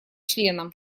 членам